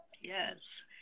Yes